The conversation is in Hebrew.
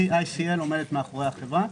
ICL עומדת מאחורי החברה.